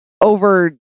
Over